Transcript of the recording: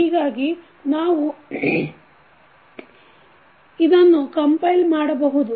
ಹೀಗಾಗಿ ನಾವು ಇದನ್ನು ಕಂಪೈಲ್ ಮಾಡಬಹುದು